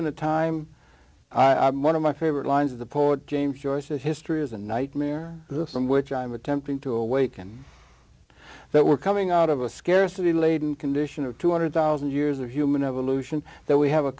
in a time one of my favorite lines of the poet james joyce if history is a nightmare the sum which i'm attempting to awaken that we're coming out of a scarcity laden condition of two hundred thousand years of human evolution that we have a